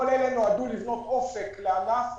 כל אלה נועדו לבנות אופק לענף,